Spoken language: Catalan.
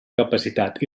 capacitat